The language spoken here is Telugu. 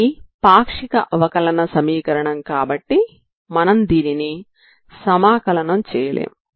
ఇది పాక్షిక అవకలన సమీకరణం కాబట్టి మనం దీనిని సమాకలనం చేయలేము